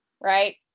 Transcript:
right